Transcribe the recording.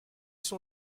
sont